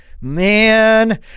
Man